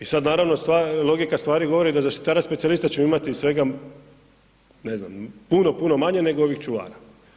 I sada naravno, logika stvari govori da zaštitarac-specijalista ćemo imati svega ne znam, puno, puno manje nego ovih čuvara.